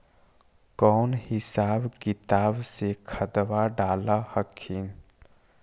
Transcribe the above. कौन हिसाब किताब से खदबा डाल हखिन?